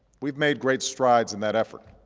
we've made great strides in that effort.